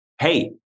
hey